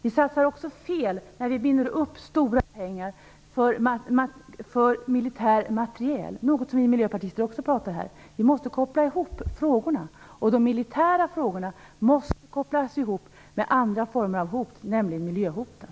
Vi satsar fel när vi binder upp pengar för militärt materiel. Vi måste koppla ihop frågorna. De militära frågorna måste kopplas ihop med andra former av hot, nämligen miljöhoten.